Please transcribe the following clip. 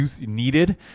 needed